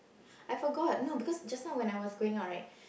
I forgot no because just now when I was going out right